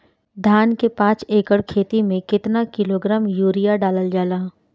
धान के पाँच एकड़ खेती में केतना किलोग्राम यूरिया डालल जाला?